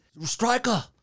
Striker